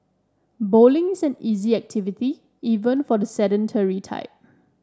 bowling is an easy activity even for the sedentary type